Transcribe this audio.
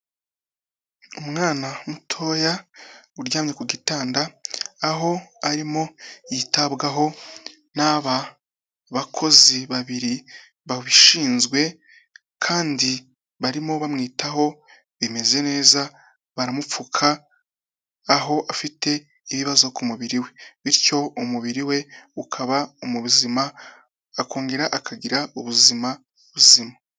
Umwana mutoya uryamye ku gitanda, aho arimo yitabwaho n'aba bakozi babiri babishinzwe, kandi barimo bamwitaho bimeze neza, baramupfuka aho afite ibibazo ku mubiri we. Bityo umubiri we ukaba mubuzima akongera akagira ubuzima buzima.